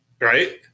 right